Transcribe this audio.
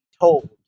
told